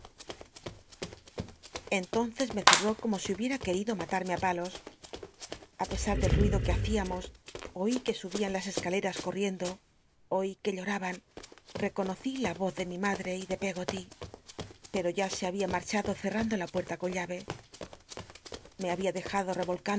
entonces me zmtó como si bubicaa querido matarme i palos a pcsaa clcl ruido que hacíamos oi iuclloraba u juc subían las escaleras coaticndo oi reconocí la voz de mi maclce y ele pcggoty pero ya se había marrhado cel'l'anclo la pucal t con lht'c c olcünclome en el suelo presa le había dejado